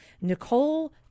Nicole